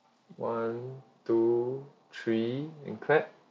one two three and clap